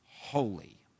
holy